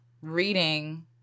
reading